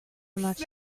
much